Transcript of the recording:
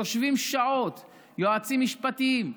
יושבים שעות יועצים משפטיים,